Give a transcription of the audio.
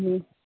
હ